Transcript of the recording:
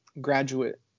graduate